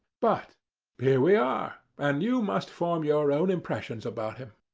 but here we are, and you must form your own impressions about him.